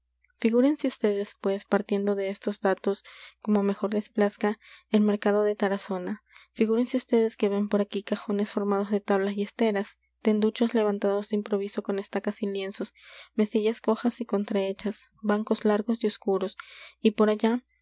figúrense ustedes pues partiendo de estos datos como mejor les plazca el mercado de tarazona figúrense ustedes que ven por aquí cajones formados de tablas y esteras tenduchos levantados de improviso con estacas y lienzos mesillas cojas y contrahechas bancos largos y oscuros y por allá